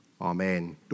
amen